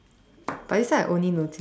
but this one I only noticed